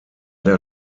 der